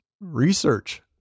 research